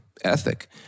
ethic